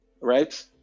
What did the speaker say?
right